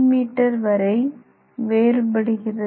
me வரை வேறுபடுகிறது